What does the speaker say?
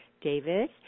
David